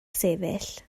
sefyll